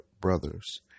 brothers